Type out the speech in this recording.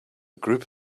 group